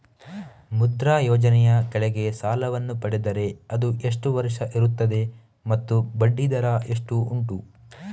ಮುದ್ರಾ ಯೋಜನೆ ಯ ಕೆಳಗೆ ಸಾಲ ವನ್ನು ಪಡೆದರೆ ಅದು ಎಷ್ಟು ವರುಷ ಇರುತ್ತದೆ ಮತ್ತು ಬಡ್ಡಿ ದರ ಎಷ್ಟು ಉಂಟು?